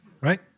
right